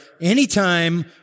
anytime